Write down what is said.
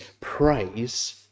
praise